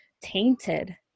tainted